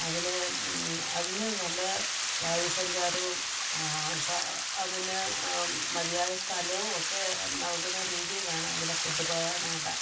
അതിനെ അതിന് നല്ല വായു സഞ്ചാരോം അതിന് മതിയായ സ്ഥലവും ഒക്കെ നൽകുണ്ണ രീതി വേണം അതിനെ കൊണ്ടുപോവാനായിട്ട്